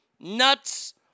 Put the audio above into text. Nuts